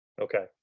Okay